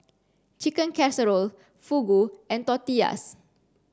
Chicken Casserole Fugu and Tortillas